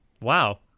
Wow